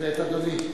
ואת אדוני,